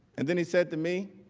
and then he said to me,